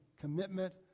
commitment